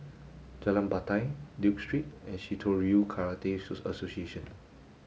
Jalan Batai Duke Street and Shitoryu Karate Association